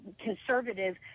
conservative